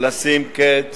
לשים קץ